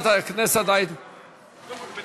אי-חיוב בריבית עקב שיהוי בביצוע הליכי הוצאה לפועל),